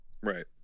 right